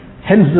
hence